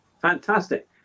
fantastic